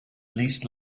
least